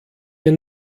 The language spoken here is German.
mir